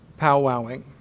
powwowing